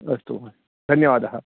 अस्तु महोदयः धन्यवादः